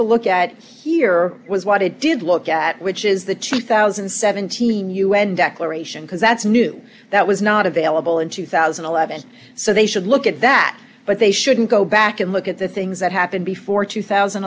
to look at here was what it did look at which is the two thousand and seventeen un declaration because that's new that was not available in two thousand and eleven so they should look at that but they shouldn't go back and look at the things that happened before two thousand